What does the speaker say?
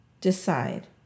decide